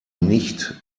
nicht